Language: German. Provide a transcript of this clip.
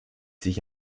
sich